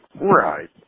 Right